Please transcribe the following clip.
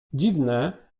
dziwne